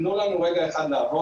תנו לנו רגע אחד לעבוד.